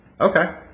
Okay